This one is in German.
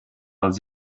als